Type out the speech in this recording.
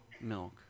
milk